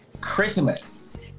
Christmas